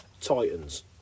Titans